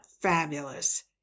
fabulous